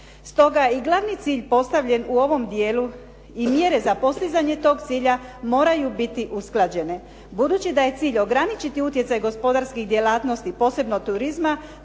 Stoga i glavni cilj postavljen u ovom dijelu i mjere za postizanje tog cilja moraju biti usklađen. Budući da je cilj ograničiti utjecaj gospodarskih djelatnosti posebno turizma